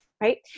Right